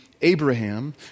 Abraham